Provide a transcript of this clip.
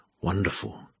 Wonderful